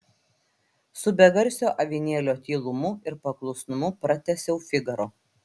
su begarsio avinėlio tylumu ir paklusnumu pratęsiau figaro